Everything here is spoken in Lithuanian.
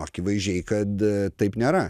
akivaizdžiai kad taip nėra